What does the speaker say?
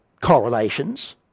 correlations